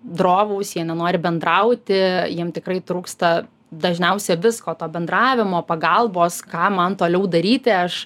drovūs jie nenori bendrauti jiem tikrai trūksta dažniausia visko to bendravimo pagalbos ką man toliau daryti aš